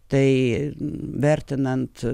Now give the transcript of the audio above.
tai vertinant